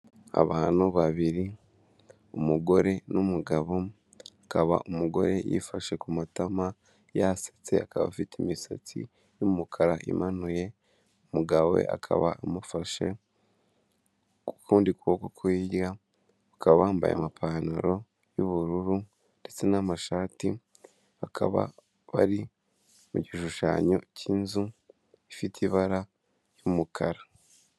Abantu babiri umugore n'umugabo, akaba umugore yifashe ku matama yasetse akaba afite imisatsi y'umukara imanuye, umugabo we akaba amufashe ukundi kuboko ko hirya, bakaba bambaye amapantaro y'ubururu ndetse n'amashati, bakaba bari mu gishushanyo cy'inzu ifite ibara ry'umukara.